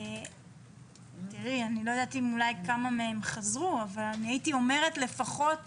לא יודעת כמה מהם חזרו, אבל לפחות